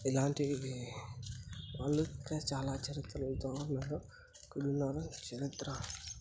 ఇలాంటివి వాళ్ళు ఇంకా చాలా చరిత్రలతో ఉన్నారు చరిత్ర